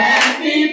Happy